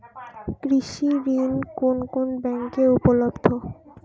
কৃষি ঋণ কোন কোন ব্যাংকে উপলব্ধ?